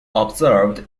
observed